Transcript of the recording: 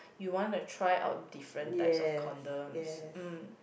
you want to try out different types of condoms mm